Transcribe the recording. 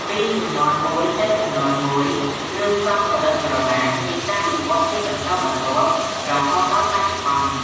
ពីជំនាន់មួយទៅជំនាន់មួយ គ្រឿងផ្សំផលិតក្រឡាន មានការវិវឌ្ឍជាបន្តបន្ទាប់រហូតដល់បច្ចុប្បន្ន។